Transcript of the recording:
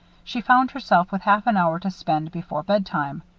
she found herself with half an hour to spare before bedtime.